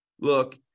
look